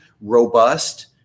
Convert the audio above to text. robust